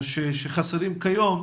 שחסרים כיום.